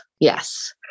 yes